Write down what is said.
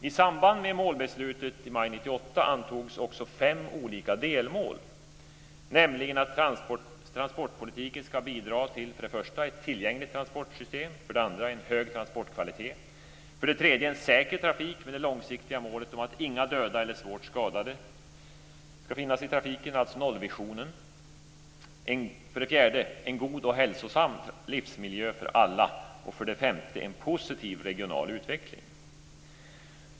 I samband med målbeslutet i maj 1998 antogs också fem olika delmål, nämligen att transportpolitiken för det första ska bidra till ett tillgängligt transportsystem. För det andra ska den bidra till en hög transportkvalitet. För det tredje ska den bidra till en säker trafik med det långsiktiga målet att inga döda eller svårt skadade ska finnas i trafiken, alltså nollvisionen. För det fjärde ska den bidra till en god och hälsosam livsmiljö för alla. Och för det femte ska den bidra till en positiv regional utveckling.